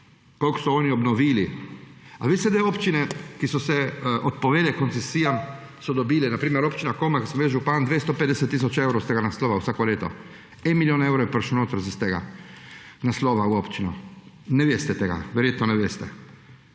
koliko so oni obnovili. Veste, da so občine, ki so se odpovedale koncesijam, dobile – na primer Občina Komen, kjer sem bil jaz župan – 250 tisoč evrov iz tega naslova vsako leto? En milijon evrov je prišel s tega naslova v občino. Ne veste tega, verjetno ne veste.